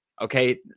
Okay